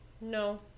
No